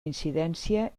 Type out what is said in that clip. incidència